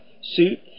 suit